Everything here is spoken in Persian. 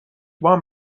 وام